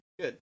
Good